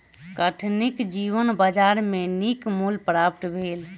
कठिनी जीवक बजार में नीक मूल्य प्राप्त भेल